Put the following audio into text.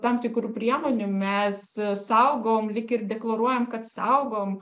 tam tikrų priemonių mes saugom lyg ir deklaruojam kad saugom